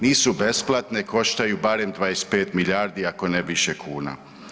Nisu besplatne, koštaju barem 25 milijardi ako ne više kuna.